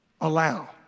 allow